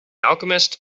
alchemist